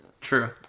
True